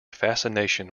fascination